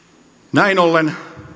näin ollen